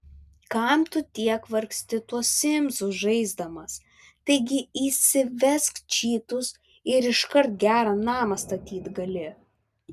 kam tu tiek vargsti tuos simsus žaisdamas taigi įsivesk čytus ir iškart gerą namą statyt gali